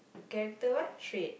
character what trait